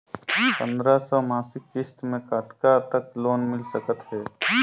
पंद्रह सौ मासिक किस्त मे कतका तक लोन मिल सकत हे?